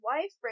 wife